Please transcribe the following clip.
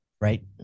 right